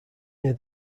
near